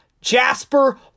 Jasper